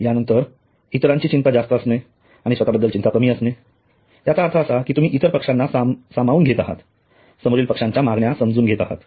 यानंतर इतरांची चिंता जास्त असणे आणि स्वतःबद्दलची चिंता कमी असणे याचा अर्थ असा की तुम्ही इतर पक्षांना सामावून घेत आहात समोरील पक्षाच्या मागण्यांना समजावून घेत आहात